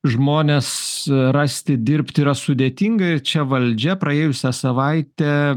žmonės rasti dirbt yra sudėtinga ir čia valdžia praėjusią savaitę